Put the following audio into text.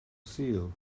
sul